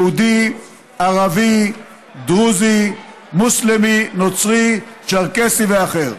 יהודי, ערבי, דרוזי, מוסלמי, נוצרי, צ'רקסי ואחר.